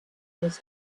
was